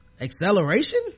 acceleration